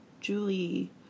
Julie